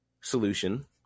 solution